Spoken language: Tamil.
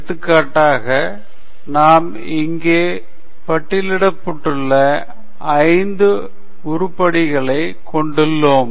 எடுத்துக்காட்டாக நாம் இங்கே பட்டியலிடப்பட்டுள்ள ஐந்து உருப்படிகளைக் கொண்டுள்ளோம்